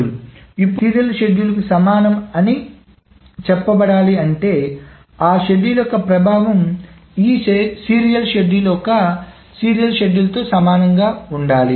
ఇప్పుడు మరొక షెడ్యూల్ ఈ సీరియల్ షెడ్యూల్కు సమానం అని చెప్ప బడాలి అంటే ఆ షెడ్యూల్ యొక్క ప్రభావం ఈ సీరియల్ షెడ్యూల్లో ఒక సీరియల్ షెడ్యూల్తో సమానంగా ఉండాలి